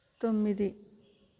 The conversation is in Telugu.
తొమ్మిది